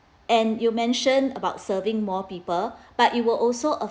and you mention about serving more people but it will also